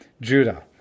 Judah